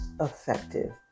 effective